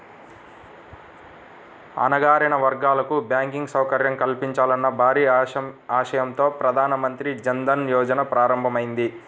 అణగారిన వర్గాలకు బ్యాంకింగ్ సౌకర్యం కల్పించాలన్న భారీ ఆశయంతో ప్రధాన మంత్రి జన్ ధన్ యోజన ప్రారంభమైంది